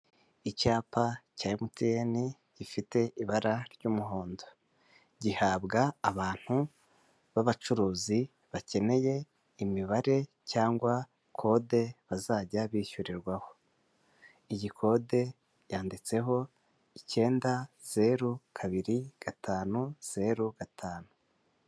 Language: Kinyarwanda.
Icyapa cya emutiyeni gifite ibara ry'umuhondo gihabwa abantu b'abacuruzi bakeneye imibare cyangwa kode bazajya bishyurirwaho iyi kode yanditseho icyenda zeru kabiri gatanu zeru gatanu.